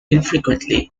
infrequently